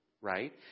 right